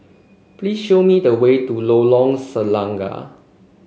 please show me the way to Lorong Selangat